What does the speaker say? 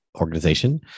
organization